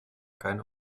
keinen